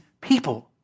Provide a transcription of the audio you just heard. people